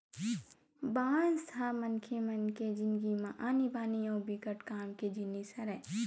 बांस ह मनखे मन के जिनगी म आनी बानी अउ बिकट काम के जिनिस हरय